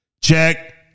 Check